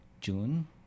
June